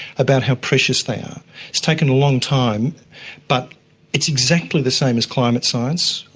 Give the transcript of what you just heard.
about how precious they are. it's taken a long time but it's exactly the same as climate science.